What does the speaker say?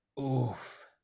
Oof